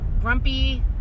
grumpy